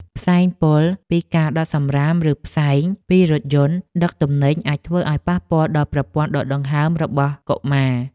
ផ្សែងពុលពីការដុតសំរាមឬផ្សែងពីរថយន្តដឹកទំនិញអាចធ្វើឱ្យប៉ះពាល់ដល់ប្រព័ន្ធដកដង្ហើមរបស់កុមារ។